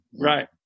right